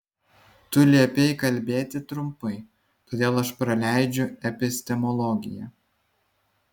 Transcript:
tu liepei kalbėti trumpai todėl aš praleidžiu epistemologiją